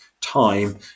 time